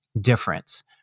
difference